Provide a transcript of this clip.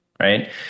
right